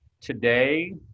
Today